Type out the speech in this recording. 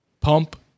Pump